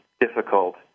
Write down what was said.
difficult